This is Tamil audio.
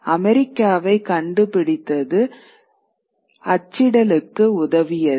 இப்போது அமெரிக்காவின் கண்டுபிடிப்பு அச்சிடலுக்கு உதவியது